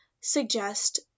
suggest